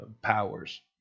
powers